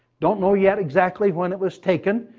don't know yet exactly when it was taken.